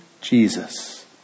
Jesus